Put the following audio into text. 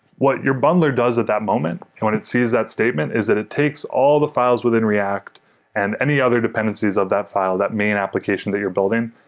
what your bundler does at that moment when it sees that statement is that it takes all the files within react and any other dependencies of that file, that main application that you're building.